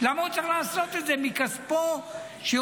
למה הוא צריך לעשות את זה מכספו שהוא